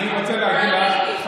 אני רוצה להגיד לך,